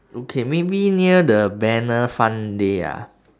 okay maybe near the banner fun day ah